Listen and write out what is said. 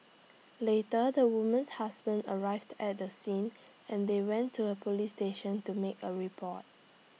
later the woman's husband arrived at the scene and they went to A Police station to make A report